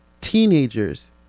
teenagers